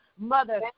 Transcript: Mother